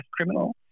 Criminal